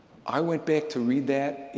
i went back to read that,